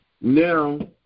Now